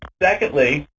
secondly,